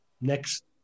next